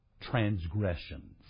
transgressions